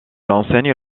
enseigne